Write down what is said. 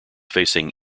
facing